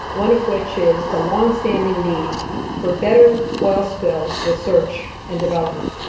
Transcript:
one of which is the longstanding need for better oil spill research and development.